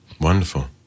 wonderful